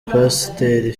pasiteri